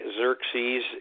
xerxes